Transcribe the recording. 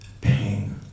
pain